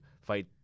fight